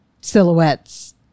silhouettes